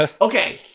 Okay